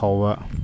ꯐꯥꯎꯕ